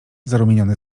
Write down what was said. zarumieniony